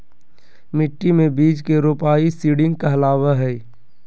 मिट्टी मे बीज के रोपाई सीडिंग कहलावय हय